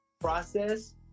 process